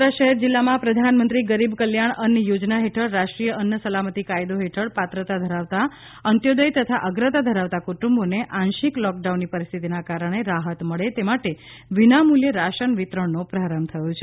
વડોદરા શહેર જિલ્લામાં પ્રધાનમંત્રી ગરીબ કલ્યાણ અન્ન યોજના હેઠળ રાષ્ટ્રીય અન્ન સલામતી કાયદો હેઠળ પાત્રતા ધરાવતા અંત્યોદય તથા અગ્રતા ધરાવતાં કુટુંબોને આંશિક લોકડાઉનની પરિસ્થિતીના કારણે રાહત મળે તે માટે વિનામૂલ્યે રાશન વિતરણનો પ્રારંભ થયો છે